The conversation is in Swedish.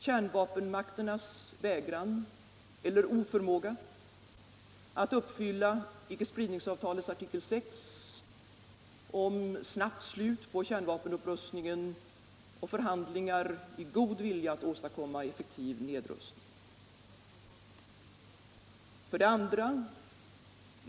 Kärnvapenmakternas vägran eller oförmåga att uppfylla icke-spridningsavtalets artikel 6 om ett snabbt slut på kärnvapenupprustningen och förhandlingar i god vilja att åstadkomma en effektiv nedrustning, något som med kraft hävdades i utrikesministerns svar. 2.